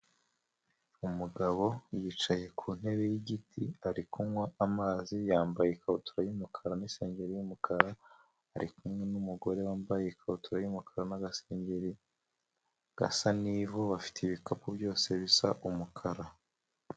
Umugabo yicaye ku ntebe y'igiti ari kunywa amazi, yambaye ikabutura y'umukara n'isengeri y'umukara, ari kumwe n'umugore wambaye ikabutura y'umukara n'agasengeri gasa n'ivu bafite ibikapu byose bisa umukara.